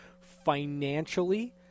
financially